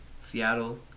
Seattle